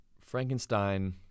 Frankenstein